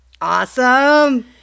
awesome